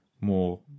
more